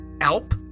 Alp